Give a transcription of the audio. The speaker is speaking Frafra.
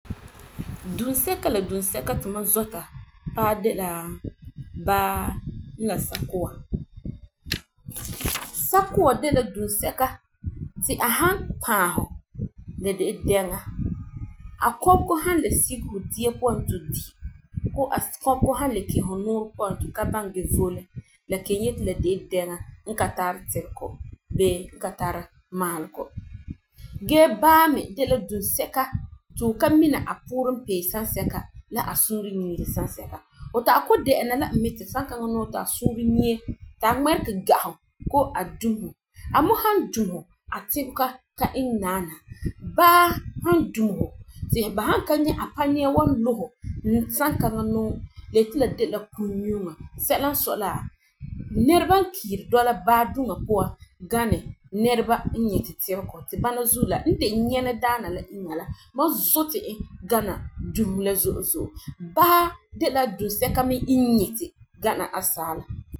Dunsɛka n la dunsɛka ti ma zɔta paa de la baa n la sakua. Sakua de la dunsɛka ti a han kpaa hu la de la dɛŋa. A kɔbegɔ han le sige hu dia puan ti hu di koo a kɔbegɔ han le kɛ hu nɔɔrɛ puan ti hu ka baŋɛ gee vole, la kelum yeti la de dɛŋa n ka tari tɛbegɔ bee ka tara maalegɔ. Gee baa me de la dunsɛka ti hu ka mina a poore n pee sansɛka la a suure yii sansɛka, hu ta'an KO dɛ'ɛna la e mi ti sankaŋa nɔɔ ti a suure yii ta ŋmɛregɛ ga hu koo a dum hu. A me han dum hu a tɛbega ka iŋɛ naana. Baa han dum hu ti ba ka nyɛ a pania wa lu hu sankaŋa nɔɔ la yeti la la dɛ'a la kum nyuuŋɔ sɛla n sɔi la nɛreba n kiiri dɔla baa duŋa puan gani nɛreba n nyɛ ti tɛbega ti ba la za'a e nyɛna daana la iŋa la, mam zɔta e gana dusi la zo'e zo'e. Baa mi de la dunsɛka n nyɛ ti gana asaala.